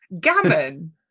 Gammon